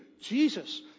Jesus